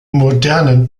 modernen